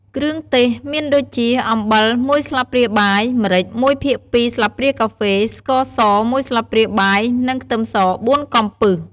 គ្រឿងទេសមានដូចជា អំបិល ១ស្លាបព្រាបាយ ម្រេច ១ភាគ២ ស្លាបព្រាកាហ្វេ ស្ករស ១ស្លាបព្រាបាយ និងខ្ទឹមស ៤កំពឹស។